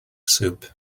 soup